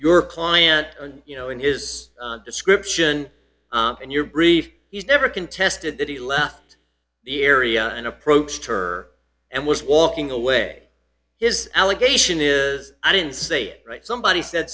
r client and you know in his description and your brief he's never contested that he left the area and approached her and was walking away his allegation is i didn't say it right somebody said